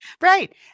Right